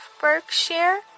Berkshire